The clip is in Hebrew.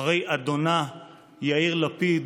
אחרי אדונה יאיר לפיד,